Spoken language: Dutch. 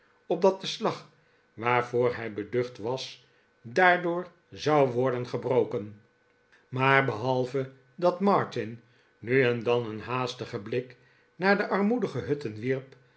opdat de slag waarvoor hij beducht was daardoor zou worden gebrokem maar behalve dat martin nu en dan een haastigen blik naar de armoedige hutten wierp